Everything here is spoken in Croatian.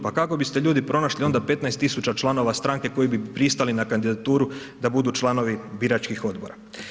Pa kako biste ljudi pronašli onda 15 tisuća članova stranke koji bi pristali na kandidaturu da budu članovi biračkih odbora?